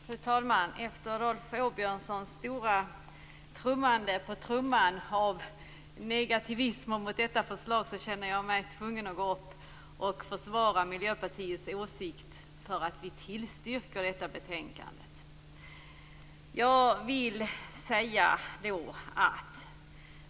Fru talman! Efter att Rolf Åbjörnsson slagit på stora trumman och framfört sin negativism känner jag mig tvungen att försvara Miljöpartiets tillstyrkande av förslaget.